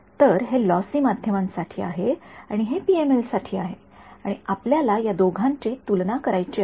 तर हे लॉसी माध्यमांसाठी आहे आणि हे पीएमएल साठी आहे आणि आपल्याला या दोघांची तुलना करायची आहे